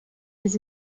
des